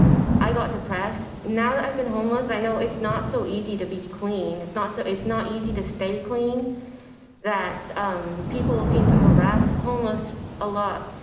i got depressed. now that i've been homeless, i know it's not so easy to be clean. it's not so it's not easy to stay clean that um people will seem to harass homeless a lot.